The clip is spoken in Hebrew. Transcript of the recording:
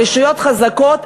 אבל הרשויות החזקות,